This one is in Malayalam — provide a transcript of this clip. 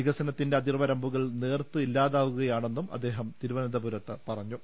വികസനത്തിന്റെ അതിർവരമ്പുകൾ നേർത്ത് ഇല്ലാതാകുകയാണെന്നും അദ്ദേഹം തിരുവനന്തപുരത്ത് പറഞ്ഞു